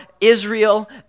Israel